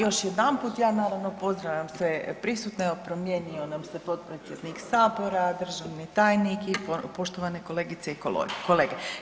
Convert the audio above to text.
Još jedanput ja naravno pozdravljam sve prisutne, evo promijenio nam se potpredsjednik Sabora, državni tajnik i poštovane kolegice i kolege.